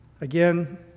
again